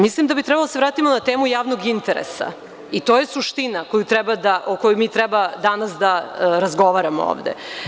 Mislim da bi trebalo da se vratimo na temu javnog interesa i to je suština o kojoj mi treba danas da razgovaramo ovde.